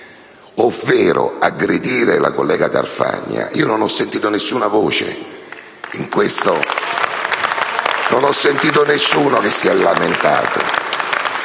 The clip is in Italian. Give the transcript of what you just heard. ovvero aggredire la collega Carfagna. Io non ho sentito nessuna voce, non ho sentito nessuno che si sia lamentato.